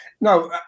No